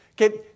Okay